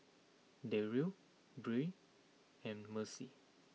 Deryl Bryn and Mercy